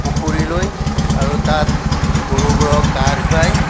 পুখুৰীলৈ আৰু তাত গৰুবোৰক গা ধোৱাই